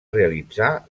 realitzar